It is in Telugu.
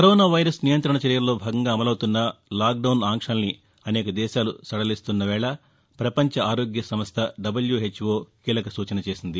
కరోనా వైరస్ నియంత్రణ చర్యల్లో భాగంగా అమలవుతున్న లాక్ డౌన్ ఆంక్షల్ని అనేక దేశాలు సడలిస్తున్న వేక పపంచ ఆరోగ్య సంస్ద డబ్యూహెచ్ఓ కీలక సూచన చేసింది